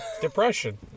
depression